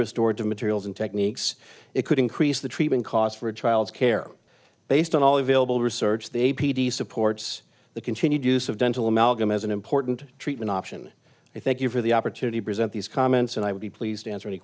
restored to materials and techniques it could increase the treatment cost for a child's care based on all available research the a p t supports the continued use of dental amalgam as an important treatment option i thank you for the opportunity present these comments and i would be pleased to answer any